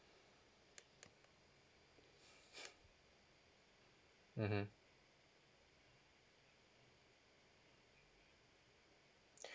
mmhmm